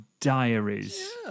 Diaries